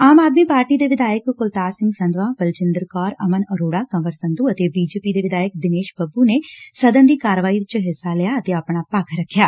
ਆਮ Aadmi party ਦੇ ਵਿਧਾਇਕ ਕੁਲਤਾਰ ਸਿੰਘ ਸੰਧਵਾ ਬਲਜਿੰਦਰ ਕੌਰ ਅਮਨ ਅਰੋਤਾ ਕੰਵਰ ਸੰਧੁ ਅਤੇ ਬੀਜੇਪੀ ਦੇ ਵਿਧਾਇਕ ਨੇ ਸਦਨ ਦੀ ਕਾਰਵਾਈ ਚ ਹਿੱਸਾ ਲਿਆ ਅਤੇ ਆਪਣਾ ਪੱਖ ਰੱਖਿਆ